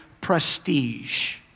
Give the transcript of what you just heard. prestige